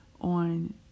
on